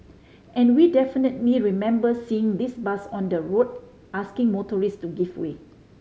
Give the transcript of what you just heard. and we definitely remember seeing this bus on the road asking motorist to give way